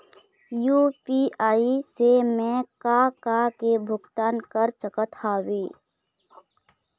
UPI से मैं का का के भुगतान कर सकत हावे?